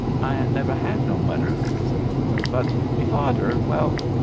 i ain't never had no mudder, said the boy. but me fadder well,